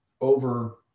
over